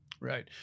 Right